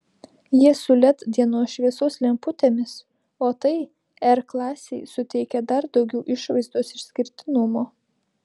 jie su led dienos šviesos lemputėmis o tai r klasei suteikia dar daugiau išvaizdos išskirtinumo